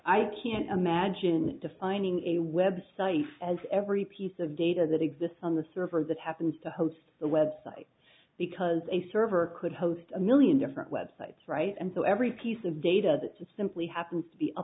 i can't imagine defining a web site as every piece of data that exists on the server that happens to host the website because a server could host a million different websites right and so every piece of data that simply happens to be